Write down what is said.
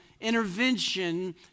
intervention